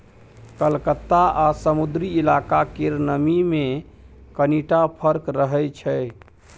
कलकत्ता आ समुद्री इलाका केर नमी मे कनिटा फर्क रहै छै